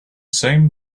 same